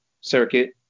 circuit